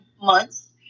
months